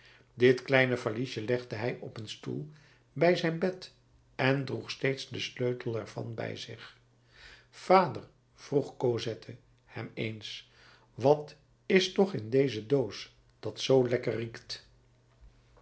dit kleine valies legde hij op een stoel bij zijn bed en droeg steeds den sleutel er van bij zich vader vroeg cosette hem eens wat is toch in deze doos dat zoo lekker riekt